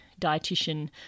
dietitian